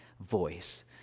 voice